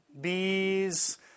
bees